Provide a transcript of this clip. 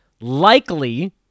likely